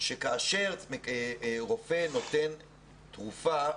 כאשר רופא נותן תרופה,